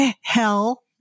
Hell